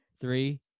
three